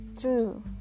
true